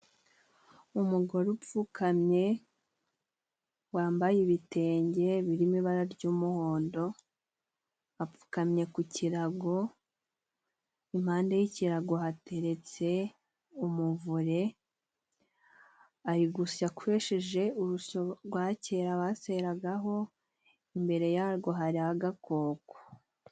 Umugore upfukamye wambaye ibitenge birimo ibara ry'umuhondo, apfukamye ku kirago, impande y'ikirago hateretse umuvure, ari gusya akoresheje urusyo rwa kera baseragaho, imbere yarwo hariho agakoko.